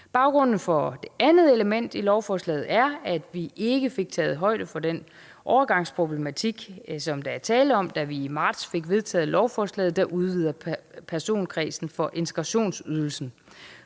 Baggrunden for det andet element i lovforslaget er, at vi ikke fik taget højde for den overgangsproblematik, som der er tale om, da vi i marts fik vedtaget lovforslaget, der udvider personkredsen for integrationsydelse.